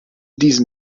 diesem